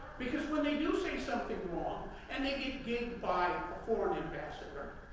because when they do say something wrong, and they they get by a foreign ambassador,